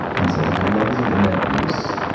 and said high levels of internet use,